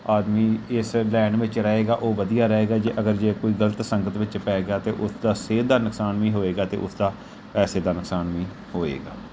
ਆਦਮੀ ਇਸ ਲੈਨ ਵਿੱਚ ਰਹੇਗਾ ਉਹ ਵਧੀਆ ਰਹੇਗਾ ਜੇ ਅਗਰ ਜੇ ਕੋਈ ਗਲਤ ਸੰਗਤ ਵਿੱਚ ਪੈ ਗਿਆ ਅਤੇ ਉਸਦਾ ਸਿਹਤ ਦਾ ਨੁਕਸਾਨ ਵੀ ਹੋਵੇਗਾ ਅਤੇ ਉਸ ਦਾ ਪੈਸੇ ਦਾ ਨੁਕਸਾਨ ਵੀ ਹੋਵੇਗਾ